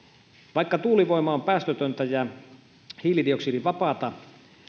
vaikka tuulivoima on päästötöntä ja hiilidioksidivapaata